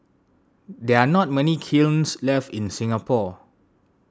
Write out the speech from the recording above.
there are not many kilns left in Singapore